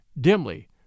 dimly